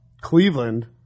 Cleveland